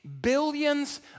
billions